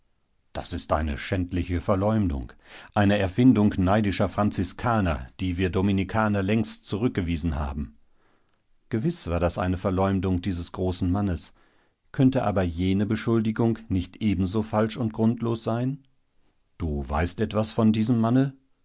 das ist eine schändliche verleumdung eine erfindung neidischer franziskaner die wir dominikaner längst zurückgewiesen haben gewiß war das eine verleumdung dieses großen mannes könnte aber jene beschuldigung nicht ebenso falsch und grundlos sein du weißt etwas von diesem manne